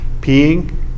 peeing